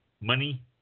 money